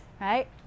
right